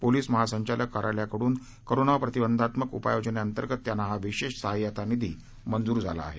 police महासंचालक कार्यालयाकडून corona प्रतिबंधात्मक उपाययोजने अंतर्गत त्यांना हा विशेष सहायता निधी मंजूर झाला होता